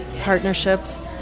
partnerships